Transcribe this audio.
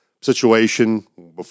situation